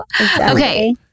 Okay